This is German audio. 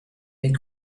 den